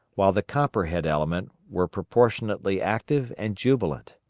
while the copperhead element were proportionally active and jubilant.